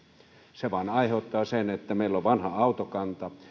se vain aiheuttaa sen että meillä on vanha autokanta